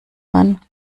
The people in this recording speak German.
man